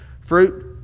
Fruit